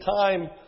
time